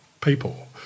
people